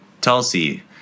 Tulsi